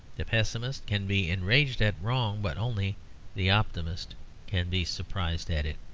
the pessimist can be enraged at wrong but only the optimist can be surprised at it.